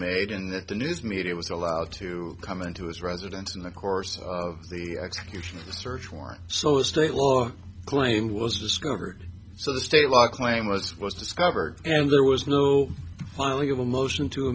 made and that the news media was allowed to come into his residence in the course of the execution of the search warrant so the state law claim was discovered so the state law claim was was discovered and there was no finally able motion to